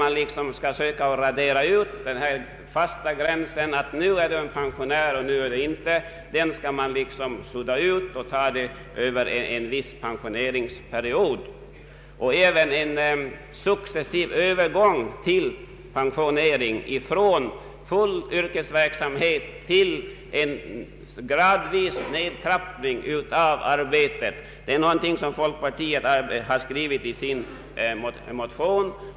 Det gäller att försöka radera ut den fasta gränsen som talar om för en människa när hon är pensionär. Även en successiv övergång till pensionering från full yrkesverksamhet har folkpartiet skrivit om i sin motion. Vi menar alltså att det skall bli en gradvis nedtrappning härvidlag.